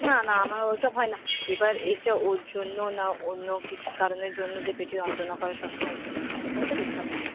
না না আমার ওই সব হয় না এবার এটা ওর জন্য না অন্য কিছু কারণের জন্য যে পেটে যন্ত্রণা করে সবসময় সেটাও তো দেখতে হবে না